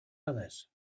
others